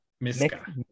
Miska